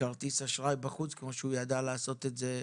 את ישיבות ועדת הכלכלה השבוע בכנסת.